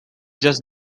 just